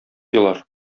елар